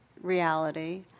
reality